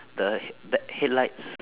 the the headlights